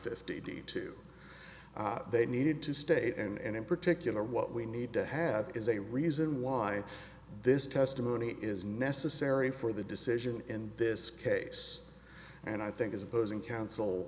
fifty two they needed to state and in particular what we need to have is a reason why this testimony is necessary for the decision in this case and i think is opposing counsel